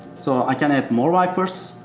so, i can add more wipers.